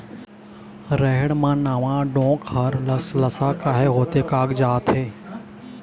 रहेड़ म नावा डोंक हर लसलसा काहे होथे कागजात हे?